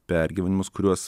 pergyvenimus kuriuos